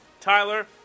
Tyler